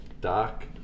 Doc